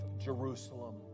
jerusalem